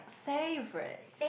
favourite